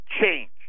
change